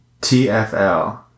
TFL